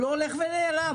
הוא לא הולך ונעלם,